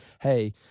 Hey